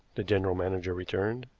the general manager returned.